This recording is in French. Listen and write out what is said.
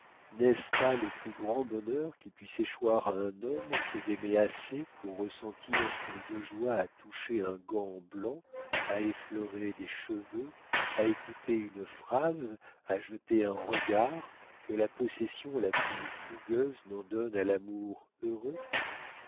n'est-ce pas le plus grand bonheur qui puisse échoir à un homme que d'aimer assez pour ressentir plus de joie à toucher un gant blanc à effleurer des cheveux à écouter une phrase à jeter un regard que la possession la plus fougueuse n'en donne à l'amour heureux